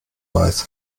weiß